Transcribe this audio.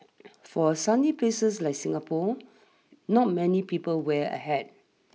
for a sunny places like Singapore not many people wear a hat